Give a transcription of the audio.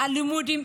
על לימודים.